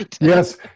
yes